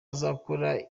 azakora